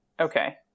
Okay